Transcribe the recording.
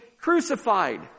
crucified